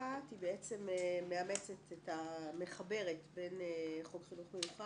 המקומית ביוזמתה באישור המנהל את הילד במוסד חינוך שאינו באזור הרישום,